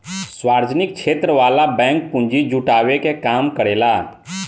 सार्वजनिक क्षेत्र वाला बैंक पूंजी जुटावे के काम करेला